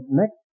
next